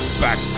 back